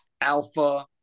alpha